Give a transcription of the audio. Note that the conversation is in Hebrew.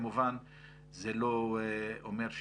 זה לא אומר,